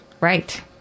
Right